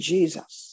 Jesus